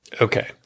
Okay